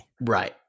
Right